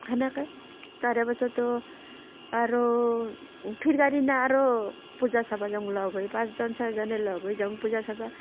সেনেকৈ তাৰ পাছতো আৰু ফিৰাৰ দিনা আৰু পূজা চাব যাওঁ লগ হৈ পাঁচজন ছয়জনে লগ হৈ যাওঁ পূজা চাব